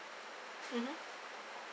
mmhmm